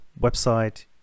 website